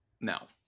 Now